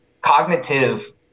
cognitive